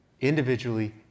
individually